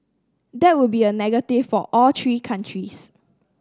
that would be a negative for all three countries